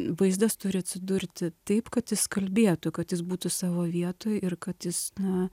vaizdas turi atsidurti taip kad jis kalbėtų kad jis būtų savo vietoj ir kad jis na